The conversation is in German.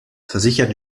versichert